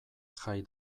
jai